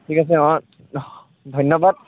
ঠিক আছে অঁ ধন্যবাদ